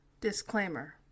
Disclaimer